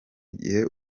gihe